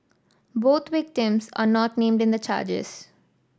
both victims are not named in the charges